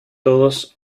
todos